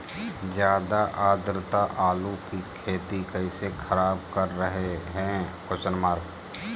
ज्यादा आद्रता आलू की खेती कैसे खराब कर रहे हैं?